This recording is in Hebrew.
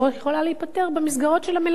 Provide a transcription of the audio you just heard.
יכולה להיפתר במסגרות של המלגות,